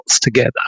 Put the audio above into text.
together